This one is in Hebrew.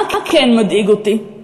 מה כן מדאיג אותי?